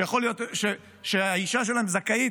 שיכול להיות שהאישה שלהם זכאית